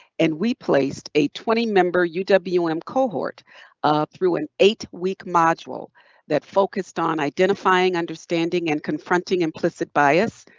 and we placed a twenty member uwm and um cohort um through an eight week module that focused on identifying, understanding and confronting implicit bias,